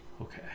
Okay